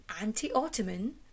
anti-Ottoman